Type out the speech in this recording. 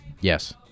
Yes